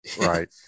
Right